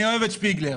אני אוהב את שפיגלר.